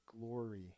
glory